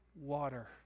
water